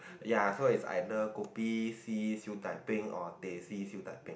ya so its either kopi-c-Siew-Dai-peng or teh-c-Siew-Dai-peng